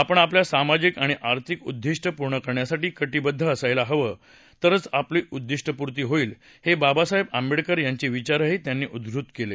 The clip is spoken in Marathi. आपण आपल्या सामाजिक आणि आर्थिक उद्दिष्ट पूर्ण करण्यासाठी कटिबद्ध असायला हवं तरच आपली उद्दिष्टपूर्ती होईल हे बाबासाहेब आंबेडकर यांचे विचारही त्यांनी सांगितले